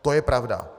To je pravda.